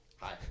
Hi